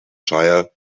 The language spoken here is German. shire